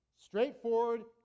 Straightforward